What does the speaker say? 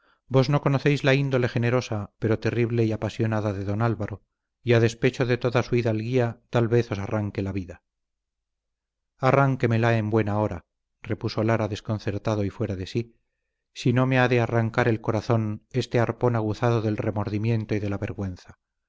vos no conocéis la índole generosa pero terrible y apasionada de don álvaro y a despecho de toda su hidalguía tal vez os arranque la vida arránquemela en buen hora repuso lara desconcertado y fuera de sí si no me ha de arrancar del corazón este arpón aguzado del remordimiento y de la vergüenza